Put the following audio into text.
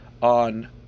on